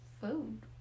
food